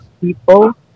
people